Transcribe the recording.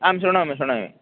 आं शृणोमि शृणोमि